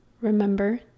remember